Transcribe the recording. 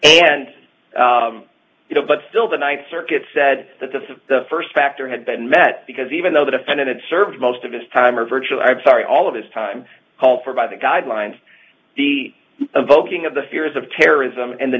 and you know but still the ninth circuit said that this is the first factor had been met because even though the defendant it served most of his time or virtual i'm sorry all of his time called for by the guidelines the evoking of the fears of terrorism and the